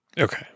Okay